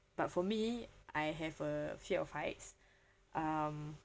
but for me I have a fear of heights um